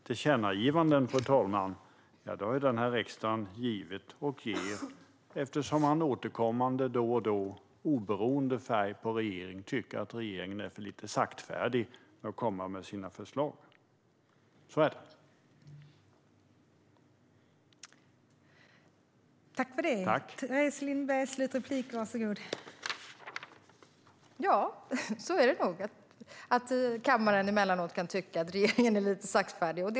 Tillkännagivanden, fru talman, har den här riksdagen gjort och gör eftersom man återkommande då och då, oberoende av färg på regering, tycker att regeringen är lite saktfärdig med att komma med sina förslag.